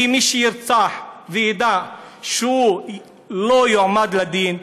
כי מי שירצח וידע שהוא לא יועמד לדין,